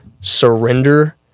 surrender